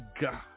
God